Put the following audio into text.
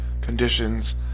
conditions